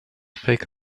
pick